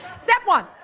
step one,